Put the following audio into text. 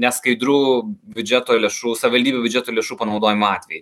neskaidrų biudžeto lėšų savaldybių biudžetų lėšų panaudojimą atvejai